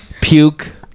puke